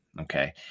Okay